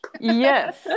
Yes